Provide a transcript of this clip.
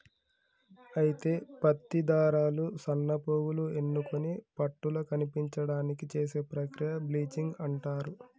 అయితే పత్తి దారాలు సన్నపోగులు ఎన్నుకొని పట్టుల కనిపించడానికి చేసే ప్రక్రియ బ్లీచింగ్ అంటారు